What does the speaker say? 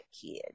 kid